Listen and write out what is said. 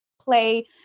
play